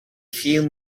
few